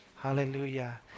Hallelujah